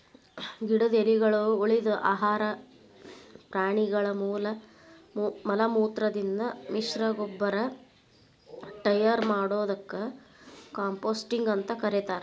ಗಿಡದ ಎಲಿಗಳು, ಉಳಿದ ಆಹಾರ ಪ್ರಾಣಿಗಳ ಮಲಮೂತ್ರದಿಂದ ಮಿಶ್ರಗೊಬ್ಬರ ಟಯರ್ ಮಾಡೋದಕ್ಕ ಕಾಂಪೋಸ್ಟಿಂಗ್ ಅಂತ ಕರೇತಾರ